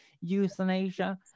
euthanasia